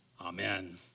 Amen